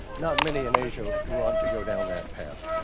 not many in asia want to go down that path.